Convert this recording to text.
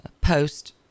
post